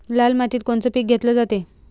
लाल मातीत कोनचं पीक घेतलं जाते?